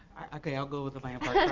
kind of i'll go with the landmark